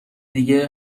دیگه